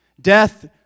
Death